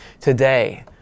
Today